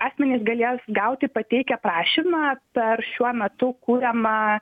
asmenys galės gauti pateikę prašymą per šiuo metu kuriamą